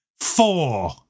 Four